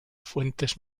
fuentes